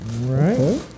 Right